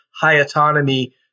high-autonomy